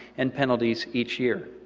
and penalties each year.